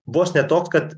vos ne toks kad